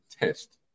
test